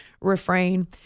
refrain